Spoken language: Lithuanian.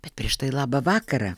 bet prieš tai labą vakarą